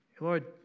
Lord